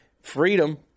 freedom